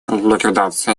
ликвидация